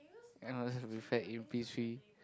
and I was a prefect in P three